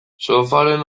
sofaren